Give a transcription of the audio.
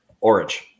Orange